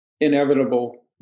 inevitable